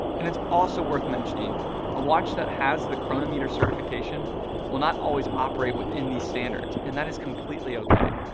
and it's also worth mentioning a watch that has the chronometer certification will not always operate within these standards and that is completely okay.